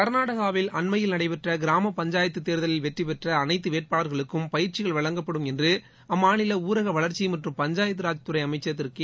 கர்நாடனவில் அண்மையில் நடைபெற்ற கிராம பஞ்சாயத்து தேர்தலில் வெற்றி பெற்ற அனைத்து வேட்பாளர்களுக்கும் பயிற்சி வழங்கப்படும் என்று அம்மாநில ஊரக வளர்ச்சி மற்றும் பஞ்சாயத்து ராஜ் துறை அமைச்சர் திரு கே